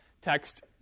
text